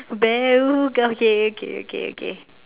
bell okay okay okay okay